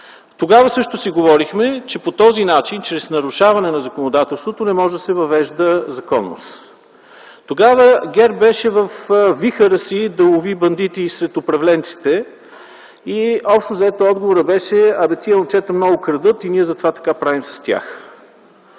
Тогава говорихме, че по този начин – чрез нарушаване на законодателството, не може да се въвежда законност. Тогава ГЕРБ беше във вихъра си да лови бандити сред управленците и общо взето, отговорът беше: „Тези момчета много крадат и затова правим така